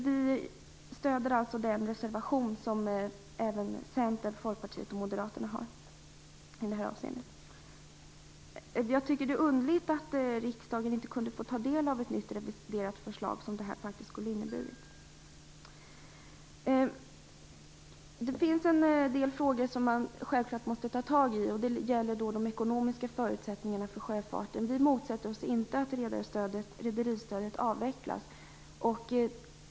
Vi stöder den reservation vi har ställt tillsammans med Centern, Folkpartiet och Moderaterna i detta avseende. Jag tycker att det är underligt att riksdagen inte kunde få ta del av ett reviderat förslag, vilket denna reservation faktiskt skulle ha inneburit. Det finns en del frågor som man självfallet måste ta tag i. Det gäller de ekonomiska förutsättningarna för sjöfarten. Vi motsätter oss inte att rederistödet avvecklas.